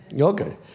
Okay